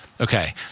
Okay